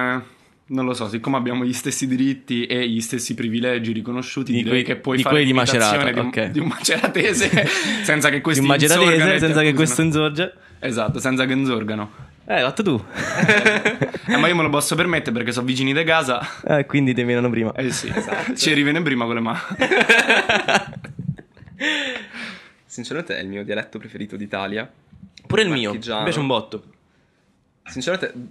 Eh, non lo so, siccome abbiamo gli stessi diritti e gli stessi privilegi riconosciuti, Di direi quei- che puoi di fare quei di l'imitazione Macerata, di un- ok. di un maceratese senza che Di un questi maceratese, insorgano e ti senza che accusino. questo insorga. Esatto, senza che insorgano. Eh, l'hai fatto tu. Eh, ma io me lo posso permettere perché so vicini di casa. Eh, quindi te venono prima. Eh sì. Esatto. Ci rivene prima con le ma- Sinceramente è il mio dialetto preferito d'Italia. Pure il mio, Marchigiano. mi piace un botto. Sinceramente